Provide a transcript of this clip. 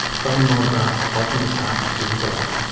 signing autographs, talking to staff and students alike.